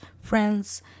friends